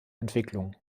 entwicklung